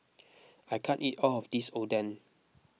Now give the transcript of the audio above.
I can't eat all of this Oden